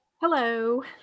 Hello